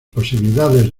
posibilidades